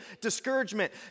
discouragement